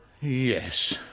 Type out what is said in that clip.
Yes